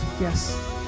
yes